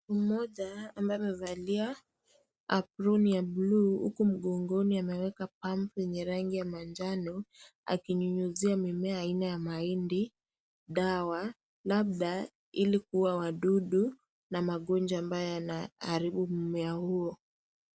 Mtu mmoja ambaye amevalia aproni ya buluu huku mgongoni ameweka pampu yenye rangi ya manjano akinyunyizia mimea ya aina ya mahindi dawa, labda ili kuuwa wadudu na magonjwa ambayo yanaharibu mmea huo.